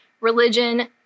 religion